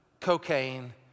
cocaine